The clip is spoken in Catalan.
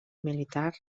militar